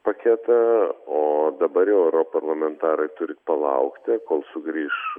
paketą o dabar jau europarlamentarai turi palaukti kol sugrįš